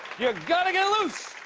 you gotta get loose!